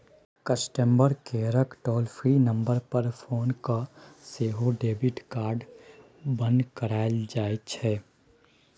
customer केयरकेँ toll free number पर phone कए सेहो डेबिट कार्ड बन्न कराएल जाइ छै